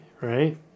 right